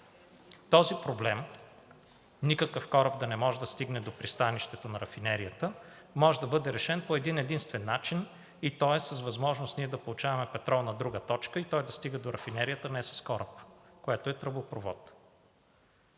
Този проблем никакъв кораб да не може да стигне до пристанището на рафинерията, може да бъде решен по един-единствен начин и той е с възможност ние да получаваме петрол на друга точка и той да стига до рафинерията не с кораб, което е тръбопровод.